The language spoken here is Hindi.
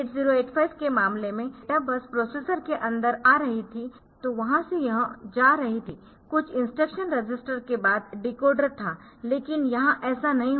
8085 के मामले में जब डेटा बस प्रोसेसर के अंदर आ रही थी तो वहां से यह जा रहा थी कुछ इंस्ट्रक्शन रजिस्टर के बाद डिकोडर था लेकिन यहां ऐसा नहीं होता है